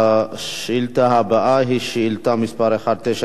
השאילתא הבאה היא שאילתא מס' 1901,